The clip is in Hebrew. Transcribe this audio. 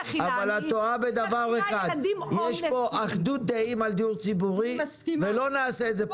פה אחדות דעים על דיון ציבורי ולא נעשה את זה פוליטי.